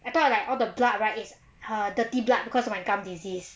I thought like all the blood right is her dirty blood because of my gum disease